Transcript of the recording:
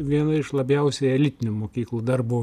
viena iš labiausiai elitinių mokyklų darbų